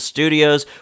Studios